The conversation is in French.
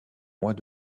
mois